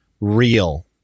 real